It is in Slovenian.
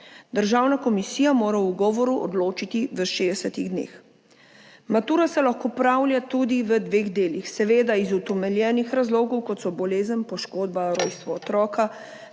Državna komisija mora o ugovoru odločiti v 60 dneh. Matura se lahko opravlja tudi v dveh delih, seveda iz utemeljenih razlogov, kot so bolezen, poškodba, rojstvo otroka,